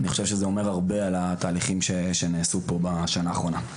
אני חושב שזה אומר הרבה על התהליכים שנעשו פה בשנה האחרונה.